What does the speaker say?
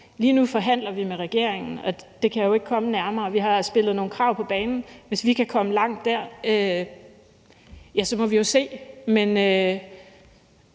Lige nu forhandler vi med regeringen, og det kan jeg jo ikke komme nærmere. Vi har spillet nogle krav på banen, og hvis vi kan komme langt der, må vi jo se,